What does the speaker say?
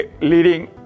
leading